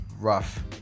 rough